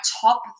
top